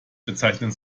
bezeichnet